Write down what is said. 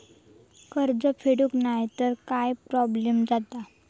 कर्ज फेडूक नाय तर काय प्रोब्लेम जाता?